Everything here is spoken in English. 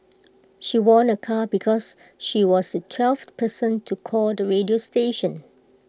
she won A car because she was the twelfth person to call the radio station